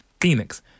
Phoenix